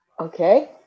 Okay